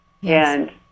Yes